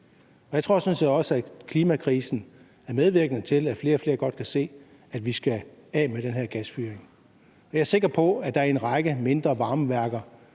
Jeg tror sådan set også, at klimakrisen er medvirkende til, at flere og flere godt kan se, at vi skal af med den her gasfyring. Jeg er sikker på, at man i en række mindre varmeværker,